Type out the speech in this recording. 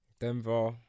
Denver